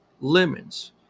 lemons